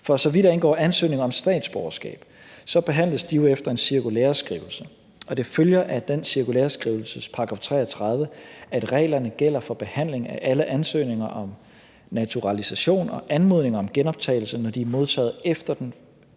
For så vidt angår ansøgning om statsborgerskab, behandles de jo efter en cirkulæreskrivelse, og det følger af den cirkulæreskrivelses § 33, at reglerne gælder for behandling af alle ansøgninger om naturalisation og anmodning om genoptagelse, når de er modtaget efter den